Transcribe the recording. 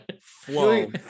flow